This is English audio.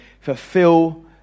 fulfill